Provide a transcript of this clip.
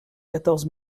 quatorze